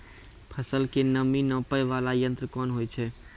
फसल के नमी नापैय वाला यंत्र कोन होय छै